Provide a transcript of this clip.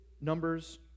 Numbers